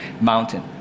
mountain